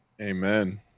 Amen